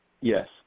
Yes